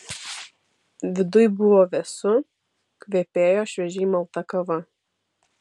viduj buvo vėsu kvepėjo šviežiai malta kava